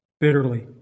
bitterly